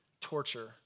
torture